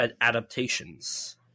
adaptations